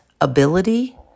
ability